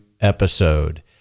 episode